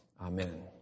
amen